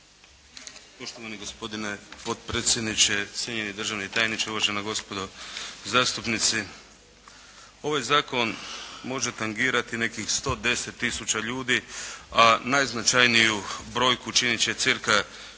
Poštovani gospodine potpredsjedniče, cijenjeni državni tajniče, uvažena gospodo zastupnici ovaj zakon može tangirati nekih 110 tisuća ljudi a najznačajniju brojku činit će cirka